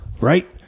right